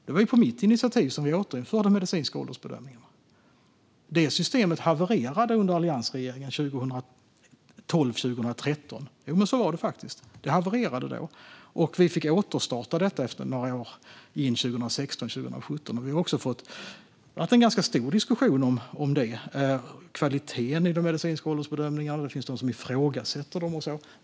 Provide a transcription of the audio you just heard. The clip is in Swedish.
Det var ju på mitt initiativ som vi återinförde medicinska åldersbedömningar. Det systemet havererade under alliansregeringen 2012-2013. Jo, så var det faktiskt. Det havererade då, och vi fick återstarta detta efter några år, 2016-2017. Det har varit en ganska stor diskussion om kvaliteten i de medicinska åldersbedömningarna, och det finns de som ifrågasätter dem.